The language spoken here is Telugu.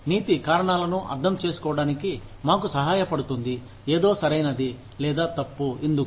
నీతి కారణాలను అర్థం చేసుకోవడానికి మాకు సహాయపడుతుంది ఏదో సరైనది లేదా తప్పు ఎందుకు